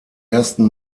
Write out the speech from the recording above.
ersten